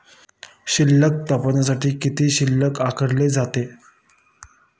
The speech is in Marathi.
शिल्लक तपासण्यासाठी किती शुल्क आकारला जातो?